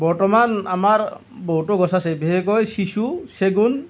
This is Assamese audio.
বৰ্তমান আমাৰ বহুতো গছ আছে বিশেষকৈ চিচু চেগুণ